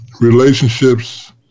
relationships